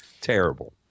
Terrible